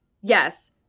Yes